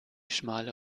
schmale